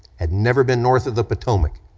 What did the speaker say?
had never been north of the potomac,